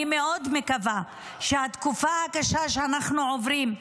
אני מקווה מאוד שהתקופה הקשה שאנחנו עוברים,